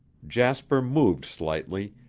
jasper moved slightly,